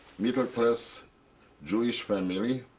middle-class jewish family.